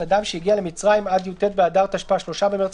אדם שהגיע למצרים עד י"ט באדר התשפ"א (3 במרס